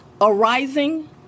arising